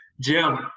Jim